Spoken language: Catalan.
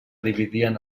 dividien